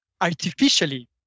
artificially